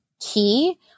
key